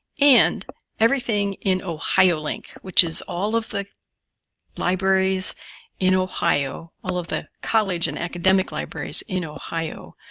and everything in ohiolink, which is all of the libraries in ohio all of the college and academic libraries in ohio.